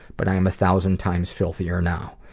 but i am a thousand times filthier now.